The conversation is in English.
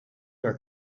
are